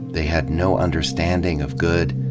they had no understanding of good,